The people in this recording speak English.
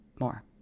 more